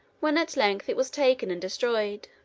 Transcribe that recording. when at length it was taken and destroyed.